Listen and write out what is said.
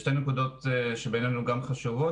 שתי נקודות שבעינינו גם חשובות,